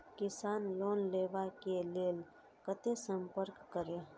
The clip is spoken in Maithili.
किसान लोन लेवा के लेल कते संपर्क करें?